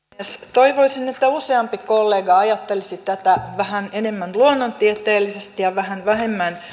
toivoisin että useampi kollega ajattelisi tätä vähän enemmän luonnontieteellisesti ja vähän vähemmän